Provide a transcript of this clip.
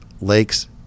lakes